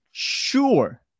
Sure